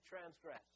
transgress